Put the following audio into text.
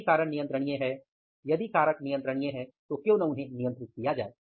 यदि कारण नियंत्रणीय हैं यदि कारक नियंत्रणीय हैं तो क्यों न उन्हें नियंत्रित किया जाये